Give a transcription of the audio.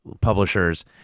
publishers